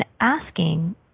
asking